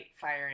firing